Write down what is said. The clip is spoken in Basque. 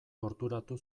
torturatu